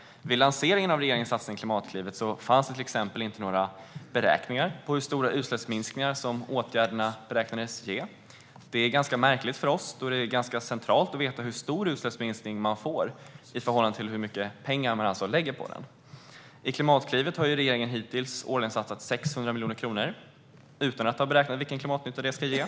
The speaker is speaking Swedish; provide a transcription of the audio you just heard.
Vid lanseringen av regeringens satsning Klimatklivet fanns exempelvis inga beräkningar på hur stora utsläppsminskningar som åtgärderna skulle ge. Vi tycker att det är märkligt eftersom det är centralt att veta hur stor utsläppsminskning man får i förhållande till hur mycket pengar som läggs på den. I Klimatklivet har regeringen hittills satsat 600 miljoner kronor årligen utan att ha beräknat vilken klimatnytta detta ger.